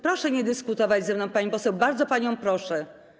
Proszę nie dyskutować ze mną, pani poseł, bardzo panią proszę.